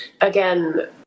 Again